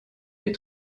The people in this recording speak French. les